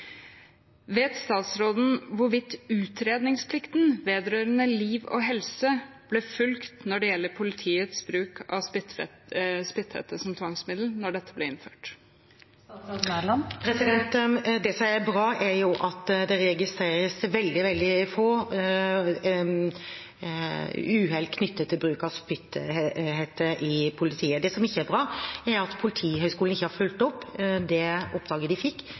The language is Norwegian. Vet statsråden hvorvidt utredningsplikten vedrørende liv og helse ble fulgt når det gjelder politiets bruk av spytthette som tvangsmiddel, da dette ble innført? Det som er bra, er at det registreres veldig, veldig få uhell knyttet til bruk av spytthette i politiet. Det som ikke er bra, er at Politihøgskolen ikke har fulgt opp det oppdraget de fikk